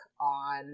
on